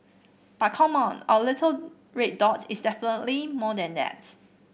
but come on our little red dot is definitely more than that